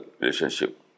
relationship